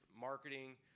marketing